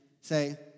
say